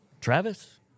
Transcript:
Travis